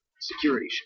Security